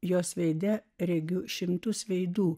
jos veide regiu šimtus veidų